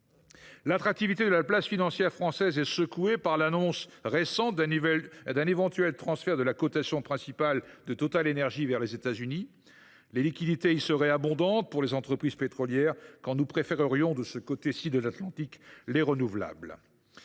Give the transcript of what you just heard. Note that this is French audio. L’attractivité de la place financière française est secouée par l’annonce récente d’un éventuel transfert de la cotation principale de TotalEnergies vers les États Unis. Les liquidités y seraient abondantes pour les entreprises pétrolières, quand nous préférions, de ce côté ci de l’Atlantique, les énergies renouvelables.